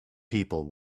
people